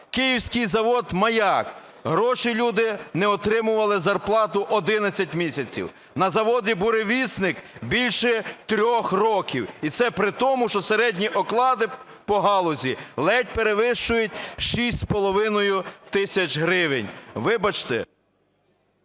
Київський завод "Маяк" гроші люди не отримували зарплату 11 місяців. На заводі "Буревісник" більше трьох років і це при тому, що середні оклади по галузі ледь перевищують 6,5 тисяч гривень. Вибачте,